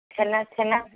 ଛେନା ଛେନା